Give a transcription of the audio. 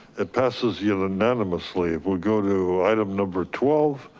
it passes unanimously, we'll go to item number twelve.